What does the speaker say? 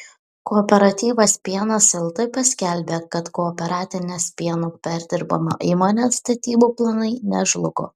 kooperatyvas pienas lt paskelbė kad kooperatinės pieno perdirbimo įmonės statybų planai nežlugo